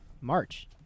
march